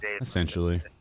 Essentially